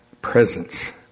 Presence